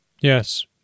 Yes